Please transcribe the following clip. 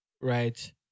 right